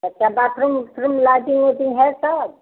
अच्छा बाथरूम उथरूम लाइटिंग उटिंग है सब